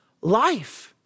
life